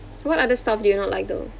what other stuff do you not like though